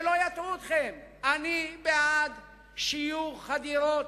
שלא יטעו אתכם, אני בעד שיוך הדירות,